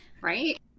Right